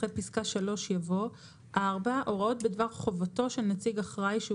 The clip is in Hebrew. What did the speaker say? אחרי פסקה (3) יבוא: "(4)הוראות בדבר חובתו של נציג אחראי שהוא